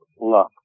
luck